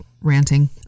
ranting